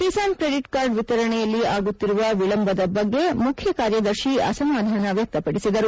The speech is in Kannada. ಕಿಸಾನ್ ಕ್ರೆಡಿಟ್ ಕಾರ್ಡ್ ವಿತರಣೆಯಲ್ಲಿ ಆಗುತ್ತಿರುವ ವಿಳಂಬದ ಬಗ್ಗೆ ಮುಖ್ಯ ಕಾರ್ಯದರ್ಶಿ ಅಸಮಾಧಾನ ವ್ಯಕ್ತಪಡಿಸಿದರು